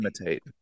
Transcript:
imitate